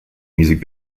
music